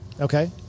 Okay